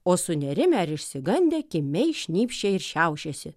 o sunerimę ar išsigandę kimiai šnypščia ir šiaušiasi